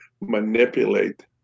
manipulate